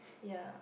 ya